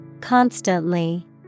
Constantly